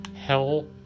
Hell